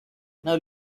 now